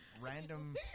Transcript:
random